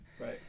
Right